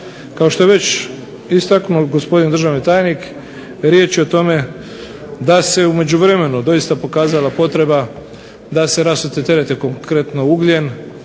Kao što je već istaknuo gospodin državni tajnik riječ je o tome da se u međuvremenu doista pokazala potreba da se rasute terete konkretno ugljen